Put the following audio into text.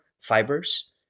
fibers